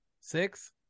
Six